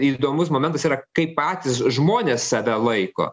įdomus momentas yra kaip patys žmonės save laiko